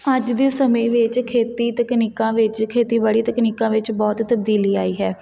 ਅੱਜ ਦੇ ਸਮੇਂ ਵਿੱਚ ਖੇਤੀ ਤਕਨੀਕਾਂ ਵਿੱਚ ਖੇਤੀਬਾੜੀ ਤਕਨੀਕਾਂ ਵਿੱਚ ਬਹੁਤ ਤਬਦੀਲੀ ਆਈ ਹੈ